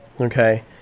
okay